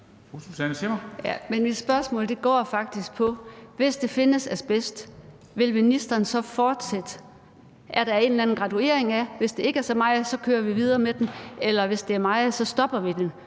hvis der findes asbest, så vil fortsætte. Er der en eller anden graduering af, at hvis det ikke er så meget, kører vi videre med det, eller at hvis det er meget, stopper vi det?